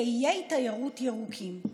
כאיי תיירות ירוקים.